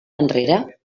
enrere